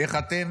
איך אתם